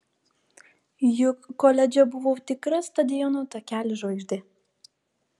juk koledže buvau tikra stadiono takelių žvaigždė